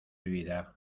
vida